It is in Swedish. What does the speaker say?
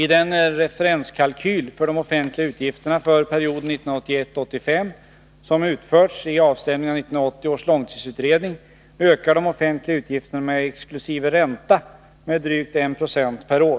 I den referenskalkyl för de offentliga utgifterna för perioden 1981-1985 som utförts i avstämningen av 1980 års långtidsutredning ökar de offentliga utgifterna exkl. ränta med drygt 1 96 per år.